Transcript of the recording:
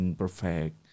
perfect